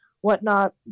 whatnot